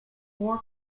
four